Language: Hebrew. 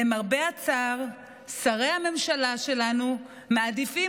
למרבה הצער שרי הממשלה שלנו מעדיפים